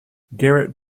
garrett